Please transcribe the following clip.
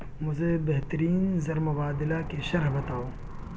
مجھے بہترین زرمبادلہ کی شرح بتاؤ